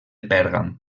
pèrgam